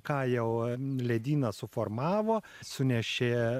ką jau ledynas suformavo sunešė